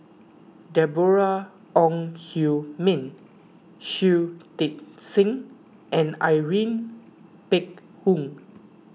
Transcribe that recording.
Deborah Ong Hui Min Shui Tit Sing and Irene Phek Hoong